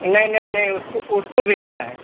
नहीं नहीं नहीं उसको उसको भी देना है